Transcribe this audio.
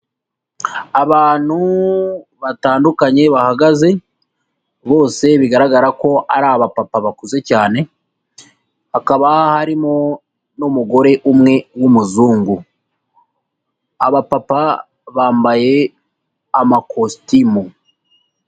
Abantu batandukanye bahagaze bose bigaragara ko ari abapapa bakuze cyane, hakaba harimo n'umugore umwe w'umuzungu. Abapapa bambaye amakositimu.